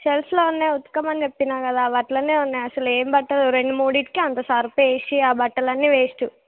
షెల్ఫ్లో ఉన్నాయి ఉతుకమని చెప్పాను కదా ఆవి అలానే ఉన్నాయి అసలు ఏం బట్టలు రెండు మూడింటికి అంత సర్ఫేసి ఆ బట్టలన్నీ వేస్ట్